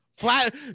flat